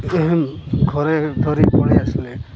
ଘରେ ଧରି ପଳି ଆସିଲେ